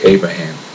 Abraham